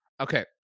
Okay